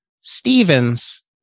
Stevens